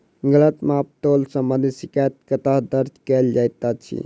गलत माप तोल संबंधी शिकायत कतह दर्ज कैल जाइत अछि?